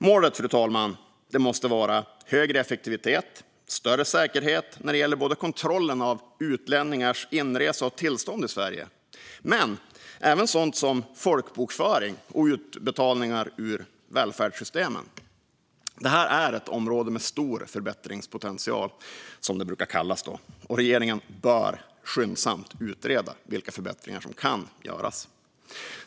Målet, fru talman, måste vara högre effektivitet och större säkerhet både när det gäller kontrollen av utlänningars inresa och tillstånd i Sverige och när det gäller sådant som folkbokföring och utbetalningar ur välfärdssystemen. Det här är ett område med stor förbättringspotential, som det brukar kallas, och regeringen bör skyndsamt utreda vilka förbättringar som kan göras.